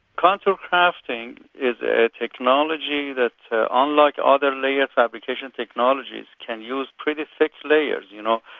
contour crafting is a technology that unlike other layer fabrication technologies, can use pretty fixed layers, you know.